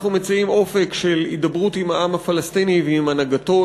אנחנו מציעים אופק של הידברות עם העם הפלסטיני ועם הנהגתו,